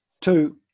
two